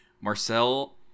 Marcel